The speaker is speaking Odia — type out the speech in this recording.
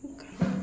କାରଣ